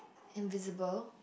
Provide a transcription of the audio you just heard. invisible